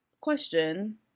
question